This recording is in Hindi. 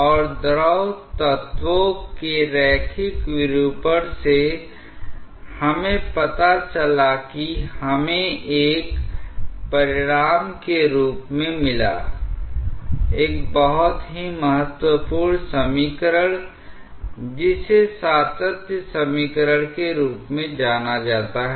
और द्रव तत्वों के रैखिक विरूपण से हमें पता चला कि हमें एक परिणाम के रूप में मिला एक बहुत ही महत्वपूर्ण समीकरण जिसे सातत्य समीकरण के रूप में जाना जाता है